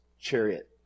chariot